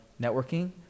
networking